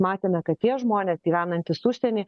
matėme kad tie žmonės gyvenantys užsieny